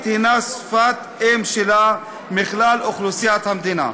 היא שפת האם שלה בכלל אוכלוסיית המדינה.